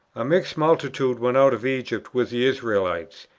a mixed multitude went out of egypt with the israelites.